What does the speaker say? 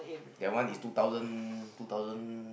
that one is two thousand two thousand